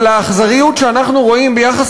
אבל האכזריות שאנחנו רואים ביחס